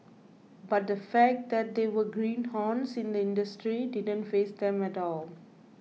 but the fact that they were greenhorns in the industry didn't faze them at all